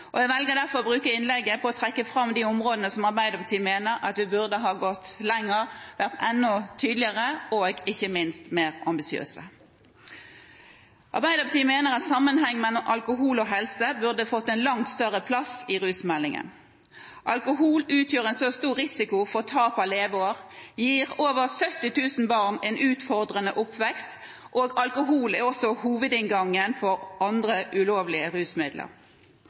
ruspasientene. Jeg velger derfor å bruke innlegget til å trekke fram de områdene der Arbeiderpartiet mener at vi burde ha gått lenger, vært enda tydeligere og ikke minst mer ambisiøse. Arbeiderpartiet mener at sammenhengen mellom alkohol og helse burde fått en langt større plass i rusmeldingen. Alkohol utgjør en stor risiko for tap av leveår, gir over 70 000 barn en utfordrende oppvekst og er også hovedinngangen til andre, ulovlige, rusmidler.